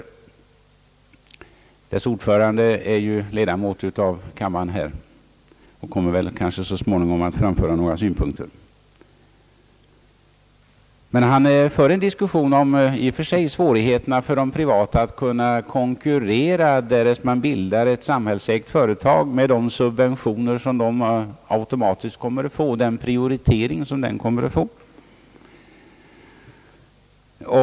Utredningens ordförande är ju ledamot av denna kammare och kommer kanske senare att framföra några synpunkter. Förutvarande statsrådet för en diskussion om svårigheterna i och för sig för de privatägda företagen att konkurrera därest ett samhällsägt företag bildas med de subventioner och den prioritering som det kommer att få.